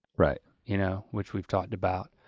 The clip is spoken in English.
right. you know which we've talked about.